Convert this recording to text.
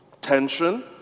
tension